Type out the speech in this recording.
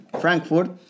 frankfurt